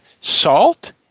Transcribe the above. salt